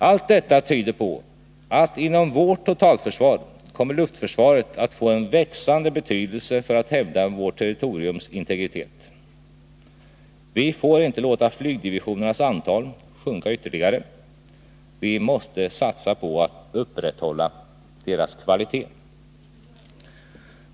Allt detta tyder på att inom vårt totalförsvar kommer luftförsvaret att få en växande betydelse för att hävda vårt territoriums integritet. Vi får inte låta flygdivisionernas antal sjunka ytterligare. Vi måste satsa på att upprätthålla deras kvalitet.